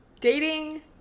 dating